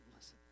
listen